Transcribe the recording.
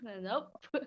Nope